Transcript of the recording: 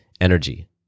energy